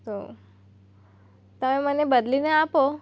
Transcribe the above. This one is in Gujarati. તો તમે મને બદલીને આપો